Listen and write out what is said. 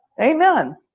Amen